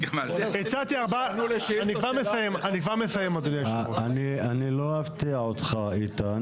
אני לא אפתיע אותך, איתן.